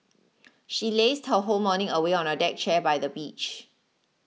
she lazed her whole morning away on a deck chair by the beach